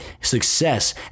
success